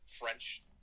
French